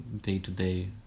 day-to-day